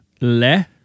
Le